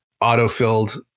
auto-filled